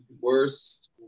worst